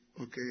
okay